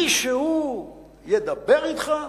מישהו ידבר אתך?